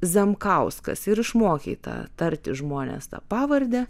zemkauskas ir išmokei tą tarti žmones tą pavardę